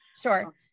Sure